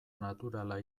naturala